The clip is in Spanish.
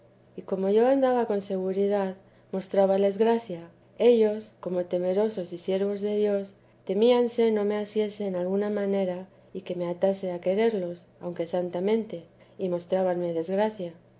y como yo andaba con seguridad mostrábales gracia ellos como temerosos y siervos de dios temíanse no me asiese en alguna manera y me atase a quererlos aunque santamente y mostrábanme desgracia